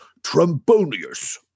Trombonius